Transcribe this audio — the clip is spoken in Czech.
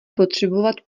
potřebovat